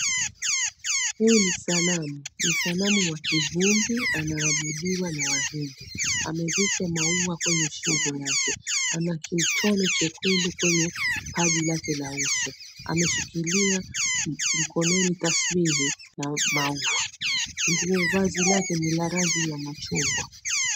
Hii ni sanamu ya kihindi inayoabudiwa na wahindi. Amevishwa maua kwenye shingo yake. Ana kitone chekundu kipajini pake Kwa uso. Ameshikilia mkononi tasbihi la maua. Nguo, vazi lake ni la rangi ya machungwa.